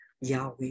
Yahweh